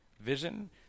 vision